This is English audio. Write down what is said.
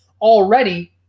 already